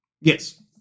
yes